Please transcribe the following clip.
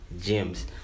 gems